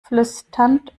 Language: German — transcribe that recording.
flüsternd